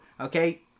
okay